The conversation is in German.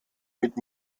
mit